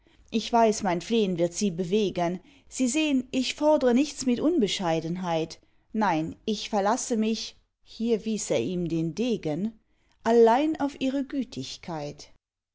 ich weiß mein flehn wird sie bewegen sie sehn ich fordre nichts mit unbescheidenheit nein ich verlasse mich hier wies er ihm den degen allein auf ihre gütigkeit